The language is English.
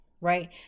right